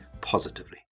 positively